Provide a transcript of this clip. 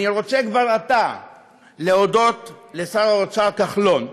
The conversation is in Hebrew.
אני רוצה כבר עתה להודות לשר האוצר כחלון,